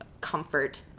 comfort